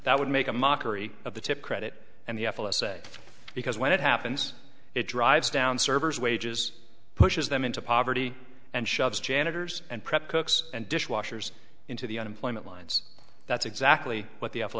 that would make a mockery of the tip credit and the f s a because when it happens it drives down servers wages pushes them into poverty and shoves janitors and prep cooks and dishwashers into the unemployment lines that's exactly what the